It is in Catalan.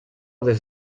des